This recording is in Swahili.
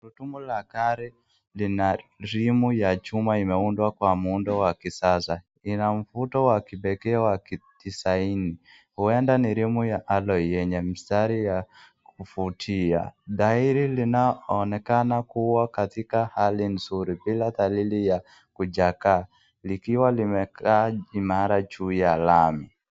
Gurudumu la gari lina rimu ambayo imeundwa kwa. Ina mvuto wa kipekee wa kidisaini, huenda ni rimu ya alloy yenye mistari ya kuvutia. Tairi linaloonekana kuwa katika hali nzuri bila dalili ya kuchakaa likiwa limekaa imara juu ya lami